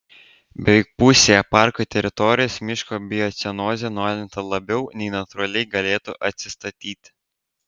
beveik pusėje parko teritorijos miško biocenozė nualinta labiau bei natūraliai galėtų atsistatyti